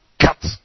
cut